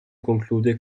conclude